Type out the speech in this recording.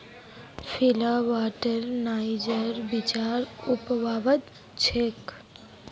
फ्लिपकार्टत नाइजरेर बीज उपलब्ध छेक